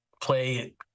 play